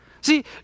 See